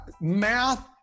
Math